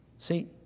See